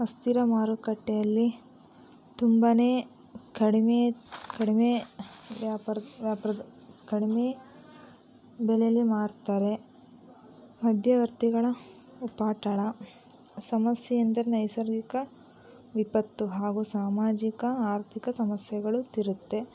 ಅಸ್ಥಿರ ಮಾರುಕಟ್ಟೆಯಲ್ಲಿ ತುಂಬ ಕಡಿಮೆ ಕಡಿಮೆ ವ್ಯಾಪಾರ ವ್ಯಾಪಾರ್ದ ಕಡಿಮೆ ಬೆಲೆಯಲ್ಲಿ ಮಾರ್ತಾರೆ ಮಧ್ಯವರ್ತಿಗಳ ಉಪಟಳ ಸಮಸ್ಯೆ ಅಂದರೆ ನೈಸರ್ಗಿಕ ವಿಪತ್ತು ಹಾಗೂ ಸಾಮಾಜಿಕ ಆರ್ಥಿಕ ಸಮಸ್ಯೆಗಳು ಅಂತಿರುತ್ತೆ